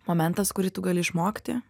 momentas kurį tu gali išmokti